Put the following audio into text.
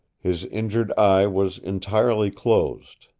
his injured eye was entirely closed,